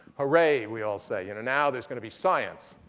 hurray, we all say. you know now there's going to be science.